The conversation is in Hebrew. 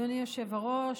אדוני היושב-ראש,